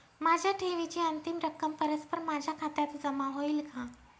माझ्या ठेवीची अंतिम रक्कम परस्पर माझ्या खात्यात जमा होईल का?